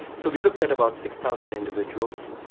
so we looked at about six thousand individuals.